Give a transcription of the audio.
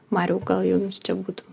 mariau gal jau jums čia būtų